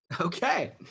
Okay